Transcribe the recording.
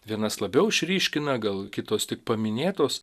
vienas labiau išryškina gal kitos tik paminėtos